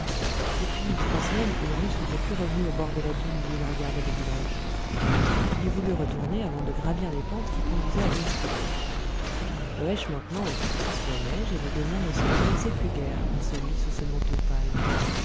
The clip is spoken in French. depuis trois semaines ulrich n'était plus revenu au bord de l'abîme d'où il regardait le village il y voulut retourner avant de gravir les pentes qui conduisaient à wildstrubel loëche maintenant était aussi sous la neige et les demeures ne se reconnaissaient plus guère ensevelies sous ce manteau pâle